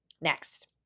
Next